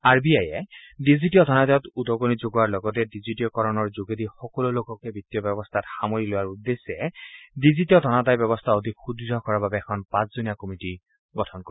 R B আইয়ে ডিজিটীয় ধনাদায়ত উদগণি যোগোৱাৰ লগতে ডিজিটীয়কৰণৰ যোগেদি সকলো লোককে বিত্তীয় ব্যৱস্থাত সামৰি লোৱাৰ উদ্দেশ্যে ডিজিটীয় ধনাদায় ব্যৱস্থা অধিক সুদৃঢ় কৰাৰ বাবে এখন পাঁচজনীয়া কমিটি গঠন কৰিছিল